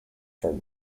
for